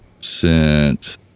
sent